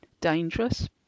dangerous